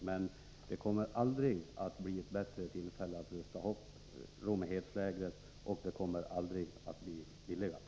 Men det kommer aldrig att bli bättre tillfälle att rusta upp Rommehedslägret, och det kommer aldrig att bli billigare.